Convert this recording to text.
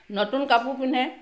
নতুন কাপোৰ পিন্ধে